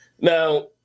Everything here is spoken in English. Now